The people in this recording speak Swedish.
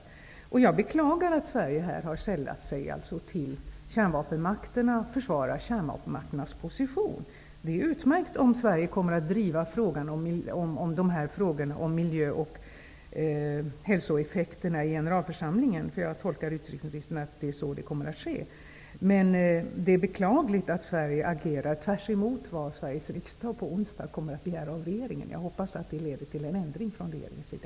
Jag beklagar att Sverige har sällat sig till försvarare av kärnvapenmakternas position. Det är utmärkt om Sverige nu kommer att driva frågan om miljö och hälsoeffekterna i generalförsamlingen. Jag tolkar utrikesministern så att detta kommer att ske. Men det är beklagligt att Sverige agerar tvärtemot vad Sveriges riksdag på onsdag kommer att begära av regeringen. Jag hoppas att det leder till en ändring från regeringens sida.